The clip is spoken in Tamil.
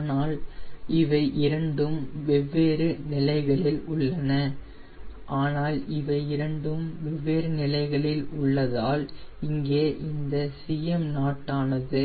ஆனால் இவை இரண்டும் வெவ்வேறு நிலைகளில் உள்ளன இங்கே இந்த Cm0 ஆனது